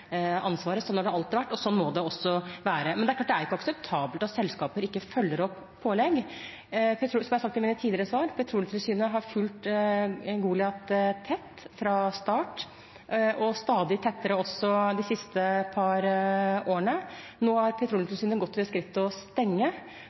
ansvaret. Sånn har det alltid vært, og sånn må det også være. Det er klart at det ikke er akseptabelt at selskaper ikke følger opp pålegg. Som jeg har sagt i mine tidligere svar: Petroleumstilsynet har fulgt Goliat tett fra starten og stadig tettere de siste par årene. Nå har